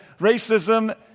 racism